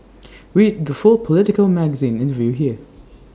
read the full Politico magazine interview here